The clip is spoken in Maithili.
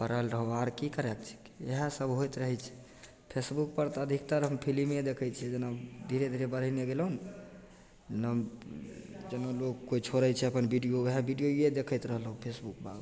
पड़ल रहू आओर कि करैके छिकै इएहसब होइत रहै छै फेसबुकपर तऽ अधिकतर हम फिलिमे देखै छिए जेना धीरे धीरे बढ़ेने गेलहुँ जेना लोक कोइ छोड़ै छै अपन वीडिओ वएह वीडिओ देखैत रहलहुँ फेसबुकपर